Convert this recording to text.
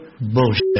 Bullshit